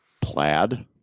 Plaid